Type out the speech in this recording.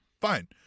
fine